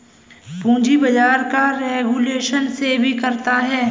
पूंजी बाजार का रेगुलेशन सेबी करता है